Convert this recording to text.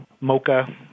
mocha